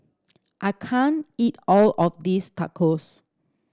I can't eat all of this Tacos